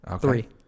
Three